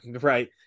right